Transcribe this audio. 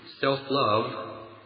self-love